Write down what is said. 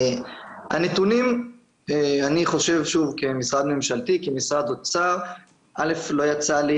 אני חושב שוב כמשרד ממשלתי - א' לא יצא לי